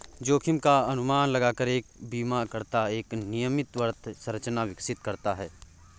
जोखिम का अनुमान लगाकर एक बीमाकर्ता एक नियमित वित्त संरचना विकसित करता है